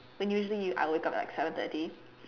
when usually I wake up at like seven thirty